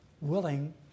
willing